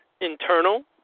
internal